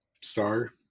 star